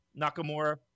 Nakamura